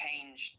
change